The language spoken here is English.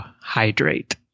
hydrate